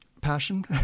passion